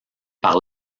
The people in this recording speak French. par